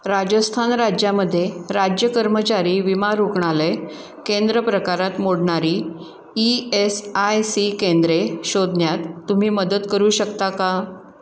राजस्थान राज्यामध्ये राज्य कर्मचारी विमा रुग्णालय केंद्र प्रकारात मोडणारी ई एस आय सी केंद्रे शोधण्यात तुम्ही मदत करू शकता का